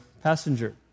passenger